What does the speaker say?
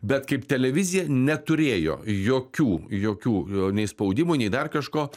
bet kaip televizija neturėjo jokių jokių nei spaudimo nei dar kažko